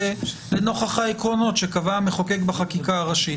ואנחנו כעניין שבמדיניות,